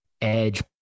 edge